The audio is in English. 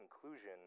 conclusion